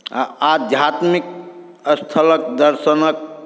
आ आध्यात्मिक स्थलक दर्शनक